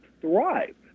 thrive